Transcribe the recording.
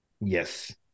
Yes